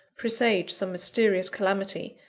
presage some mysterious calamity,